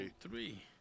three